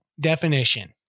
definition